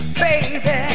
baby